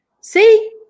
See